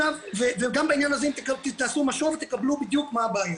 וגם בעניין הזה אם תעשו משוב תקבלו בדיוק מה הבעיה.